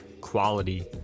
quality